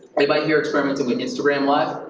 anybody here experimenting with instagram live?